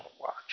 watch